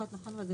נדמה לי שזה